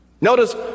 Notice